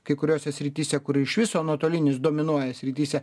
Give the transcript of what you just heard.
kai kuriose srityse kurie iš viso nuotolinis dominuoja srityse